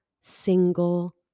single